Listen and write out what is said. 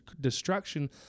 destruction